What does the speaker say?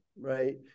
right